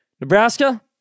Nebraska